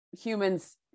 humans